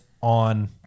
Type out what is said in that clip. on